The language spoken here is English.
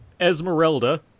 Esmeralda